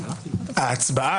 לטובת ההצבעה,